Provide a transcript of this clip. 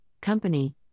Company